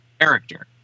character